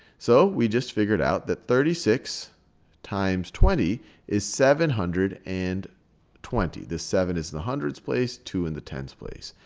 so we just figured out that thirty six times twenty is seven hundred and twenty. the seven is in the hundreds place, two in the tens place.